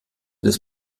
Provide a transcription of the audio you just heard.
des